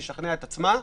לשכנע את עצמה,